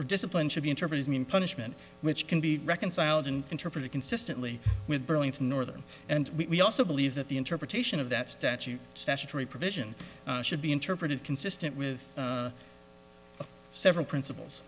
or discipline should be interpreted mean punishment which can be reconciled and interpreted consistently with burlington northern and we also believe that the interpretation of that statute statutory provision should be interpreted consistent with several principles